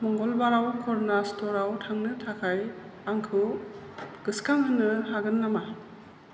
मंगलबाराव कर्ना स्ट'राव थांनो थाखाय आंखौ गोसोखां होनो हागोन नामा